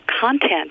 content